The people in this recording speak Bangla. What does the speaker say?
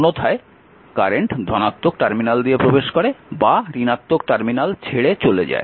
অন্যথায় কারেন্ট ধনাত্মক টার্মিনাল দিয়ে প্রবেশ করে বা ঋণাত্মক টার্মিনাল ছেড়ে চলে যায়